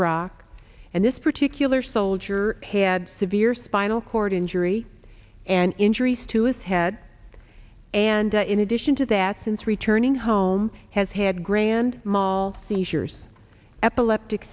iraq and this particular soldier had severe spinal cord injury and injuries to his head and in addition to that since returning home has had grand mall seizures epileptic